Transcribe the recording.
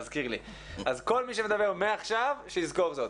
כל מי שמדבר מעכשיו, שיזכור זאת.